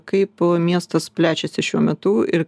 kaip miestas plečiasi šiuo metu ir